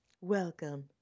Welcome